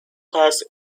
class